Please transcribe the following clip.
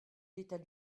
l’état